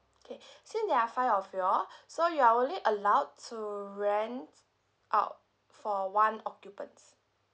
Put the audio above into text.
okay since there are five of you all so you are only allowed to rent out for one occupants